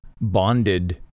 bonded